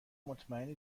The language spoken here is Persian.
مطمئن